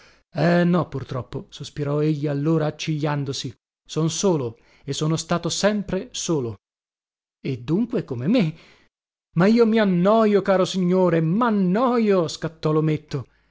e no purtroppo sospirò egli allora accigliandosi son solo e sono stato sempre solo e dunque come me ma io mi annojo caro signore mannojo scattò lometto